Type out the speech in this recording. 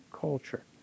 culture